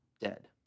dead